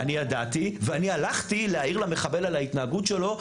אני ידעתי ואני הלכתי להעיר למחבל על ההתנהגות שלו,